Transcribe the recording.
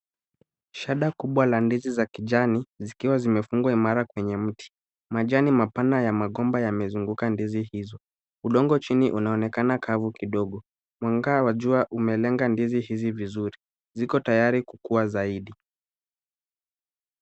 Shada kubwa la ndizi za kijani zikiwa zimefungwa kwenye mti. Majani mapana ya magomba yamezunguka ndizi hizo. Udongo chini unaonekana kavu kidogo. Mwanga wa ndizi umelenga ndizi hizo vizuri. Ziko tayari kukua zaidi.